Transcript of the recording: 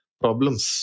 problems